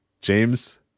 James